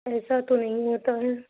ایسا تو نہیں ہوتا ہے